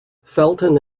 felton